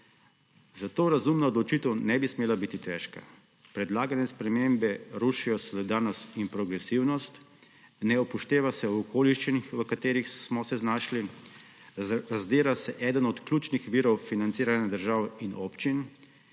Zato razumna odločitev ne bi smela biti težka. Predlagane spremembe rušijo solidarnost in progresivnost, ne upošteva se okoliščin, v katerih smo se znašli, razdira se eden od ključnih virov financiranja držav in občin,